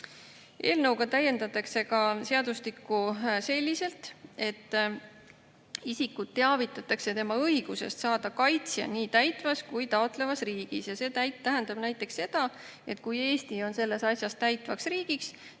täiendatakse ka seadustikku selliselt, et isikut teavitatakse tema õigusest saada kaitsja nii täitvas kui ka taotlevas riigis. See tähendab näiteks seda, et kui Eesti on selles asjas täitvaks riigiks,